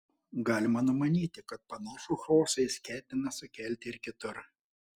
galima numanyti kad panašų chaosą jis ketina sukelti ir kitur